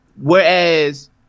Whereas